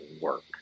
work